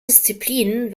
disziplinen